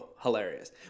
hilarious